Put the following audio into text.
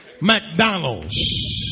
McDonald's